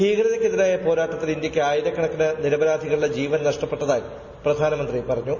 ഭീകരതയ്ക്കെതിരായ പോരാട്ടത്തിൽ ഇന്ത്യക്ക് ആയിരക്കണക്കിന് നിരപരാധികളുടെ ജീവൻ നഷ്ടപ്പെട്ടതായി പ്രധാനമന്ത്രി പറഞ്ഞു